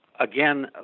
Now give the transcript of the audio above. again